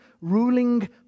ruling